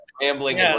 gambling